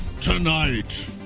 Tonight